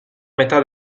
metà